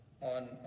on